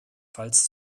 falls